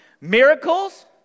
miracles